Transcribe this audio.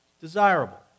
Desirable